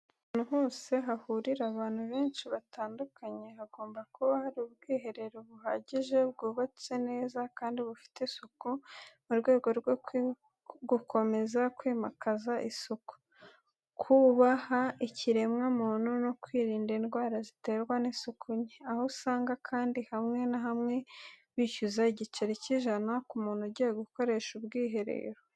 Ahantu hose hahurira abantu benshi batandukanye, hagomba kuba hari ubwiherero buhagije, bwubatse neza, kandi bufite isuku, mu rwego rwo gukomeza kwimakaza isuku, kubaha ikiremwamuntu no kwirinda indwara ziterwa n’isuku nke. Aho usanga kandi hamwe na hamwe, bishyuza igiceri cy’ijana ku muntu ugiye gukoresha ubwiherero.